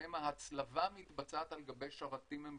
שבהן ההצלבה מתבצעת על גבי שרתים ממשלתיים.